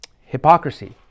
Hypocrisy